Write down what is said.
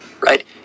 Right